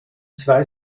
zwei